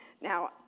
Now